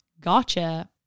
gotcha